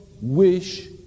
wish